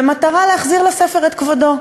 במטרה להחזיר לספר את כבודו.